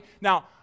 Now